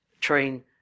train